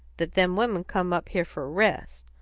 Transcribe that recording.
that them women come up here for rest.